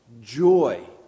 joy